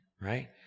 right